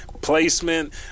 placement